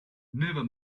never